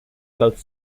both